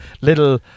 little